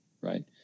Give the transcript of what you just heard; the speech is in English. right